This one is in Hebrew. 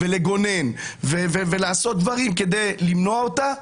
לגונן ולעשות דברים כדי למנוע אותה,